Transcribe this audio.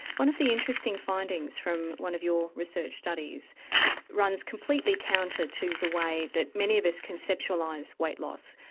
one of the interesting findings from one of your research studies runs completely counter to the way that many of us conceptualise weight loss,